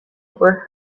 were